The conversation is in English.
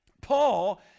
Paul